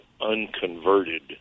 unconverted